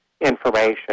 information